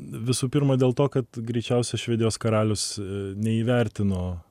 visų pirma dėl to kad greičiausia švedijos karalius neįvertino